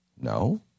No